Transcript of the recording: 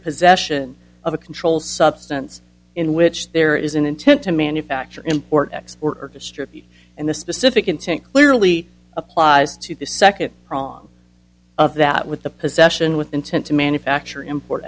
possession of a controlled substance in which there is an intent to manufacture import export or distribute and the specific intent clearly applies to the second prong of that with the possession with intent to manufacture import